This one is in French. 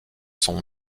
sont